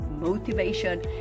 motivation